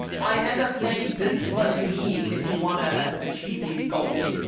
i end up saying this is what you need if you want to achieve these goals.